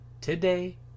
today